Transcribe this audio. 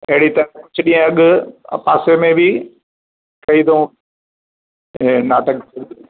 अहिड़ी तरह कुझु ॾींहं अॻु पासे में बि कई अथऊं नाटक